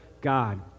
God